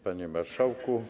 Panie Marszałku!